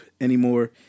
anymore